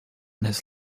this